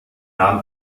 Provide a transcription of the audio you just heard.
nahm